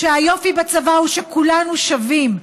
שהיופי בצבא הוא שכולנו שווים,